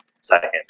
second